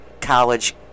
college